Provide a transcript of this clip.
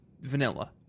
vanilla